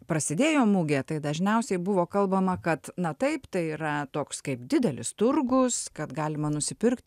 prasidėjo mugė tai dažniausiai buvo kalbama kad na taip tai yra toks kaip didelis turgus kad galima nusipirkt